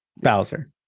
bowser